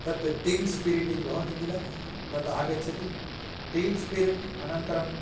तत् team spirit इति भवति किल तत् आगच्छति टीम् स्पिरिट् अनन्तरम्